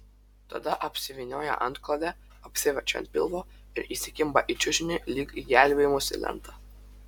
tada apsivynioja antklode apsiverčia ant pilvo ir įsikimba į čiužinį lyg į gelbėjimosi lentą